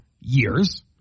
years